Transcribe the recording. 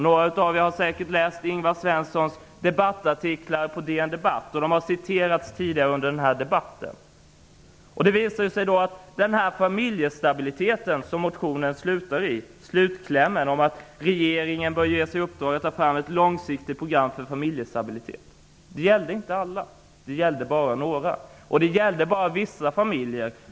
Några av er har säkert läst Ingvar Svenssons debattartiklar på DN Debatt. De har citerats tidigare i debatten. Motionen slutar med familjestabiliteten. Slutklämmen är: ''Regeringen bör därför ges i uppdrag att ta fram ett långsiktigt program för familjestabilitet.'' Det gällde inte alla. Det gällde bara några. Det gällde bara vissa familjer.